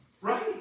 right